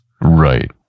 Right